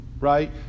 right